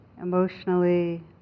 emotionally